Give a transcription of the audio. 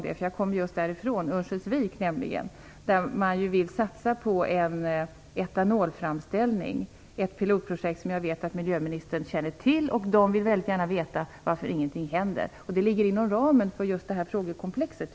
Jag har nämligen precis varit i Örnsköldsvik där man vill satsa på etanolframställning. Det är ett pilotprojekt som jag vet att miljöministern känner till. I Örnsköldsvik vill man mycket gärna veta varför det inte händer någonting. Jag tycker att det ligger inom ramen för just det här frågekomplexet.